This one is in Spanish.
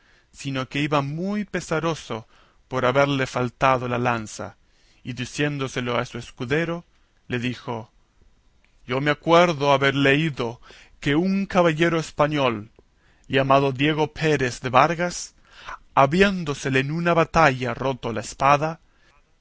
sino que iba muy pesaroso por haberle faltado la lanza y diciéndoselo a su escudero le dijo yo me acuerdo haber leído que un caballero español llamado diego pérez de vargas habiéndosele en una batalla roto la espada